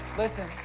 Listen